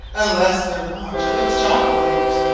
unlesse they're wash'd with chocolate.